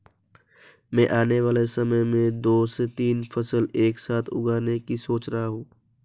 मैं आने वाले समय में दो से तीन फसल एक साथ उगाने की सोच रहा हूं